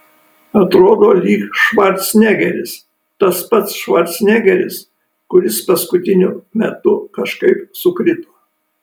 atrodo lyg švarcnegeris tas pats švarcnegeris kuris paskutiniu metu kažkaip sukrito